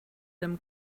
them